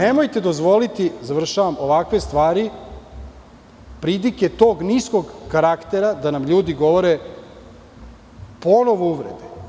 Nemojte dozvoliti ovakve stvari, pridike tog niskog karaktera, da nam ljudi govore ponovo uvrede.